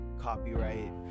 copyright